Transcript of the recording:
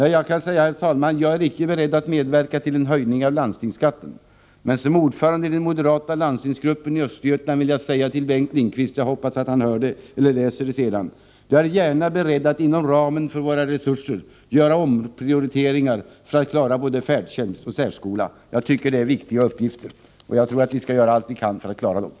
Jag kan säga, herr talman, att jag icke är beredd att medverka till en höjning av landstingsskatten, men som ordförande i den moderata landstingsgruppen i Östergötland vill jag säga till Bengt Lindqvist — jag hoppas att han hör det eller läser det sedan — att jag gärna är beredd att inom ramen för våra resurser göra omprioriteringar för att klara både färdtjänst och särskola. Jag tycker att det är viktiga uppgifter, och jag anser att vi skall göra allt vi kan för att klara dem.